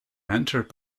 mentored